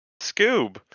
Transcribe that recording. Scoob